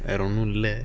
I don't know leh